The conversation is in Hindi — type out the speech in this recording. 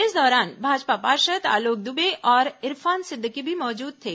इस दौरान भाजपा पार्षद आलोक दुबे और इरफान सिद्दकी भी मौजूद थे